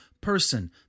person